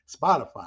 Spotify